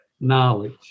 knowledge